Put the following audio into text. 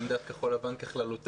זו עמדת כחול לבן ככללותה?